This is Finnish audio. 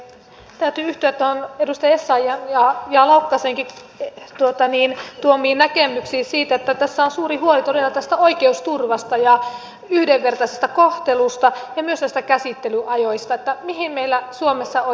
täytyy yhtyä edustaja essayahin ja laukkasenkin tuomiin näkemyksiin siitä että tässä todella on suuri huoli oikeusturvasta ja yhdenvertaisesta kohtelusta ja myös käsittelyajoista että mihin meillä suomessa oikein mennään